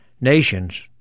nations